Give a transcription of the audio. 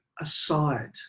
aside